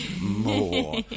more